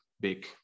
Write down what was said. big